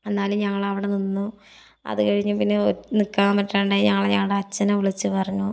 എന്നാലും ഞങ്ങളവിടെ നിന്നു അത് കഴിഞ്ഞ് പിന്നെ നിൽക്കാൻ പറ്റാണ്ടായി ഞങ്ങൾ ഞങ്ങളുടെ അച്ഛനെ വിളിച്ച് പറഞ്ഞു